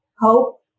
hope